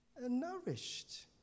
nourished